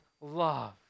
love